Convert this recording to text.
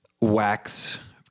wax